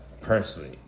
Personally